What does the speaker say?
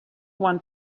want